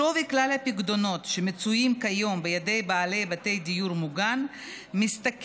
שווי כלל הפיקדונות שמצויים כיום בידי בעלי בתי דיור מוגן מסתכם